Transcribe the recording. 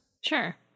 Sure